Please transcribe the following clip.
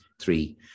three